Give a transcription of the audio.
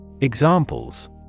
Examples